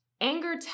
Anger